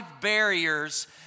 barriers